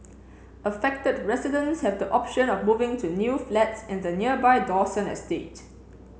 affected residents have the option of moving to new flats in the nearby Dawson estate